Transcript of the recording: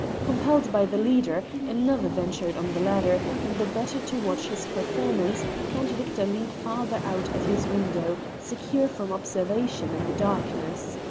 compelled by the leader, another ventured on the ladder, and the better to watch his performance count victor leaned farther out at his window, secure from observation in the darkness.